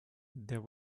there